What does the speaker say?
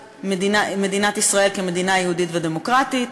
מדינת ישראל כמדינה יהודית ודמוקרטית,